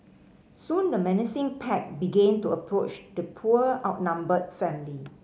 soon the menacing pack began to approach the poor outnumbered family